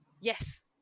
Yes